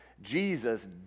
Jesus